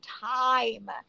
time